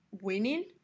winning